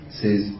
says